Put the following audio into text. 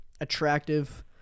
attractive